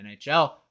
NHL